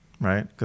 right